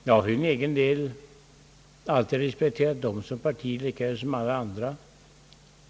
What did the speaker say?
Jag har för min egen del alltid respekterat dem som ett parti som alla andra.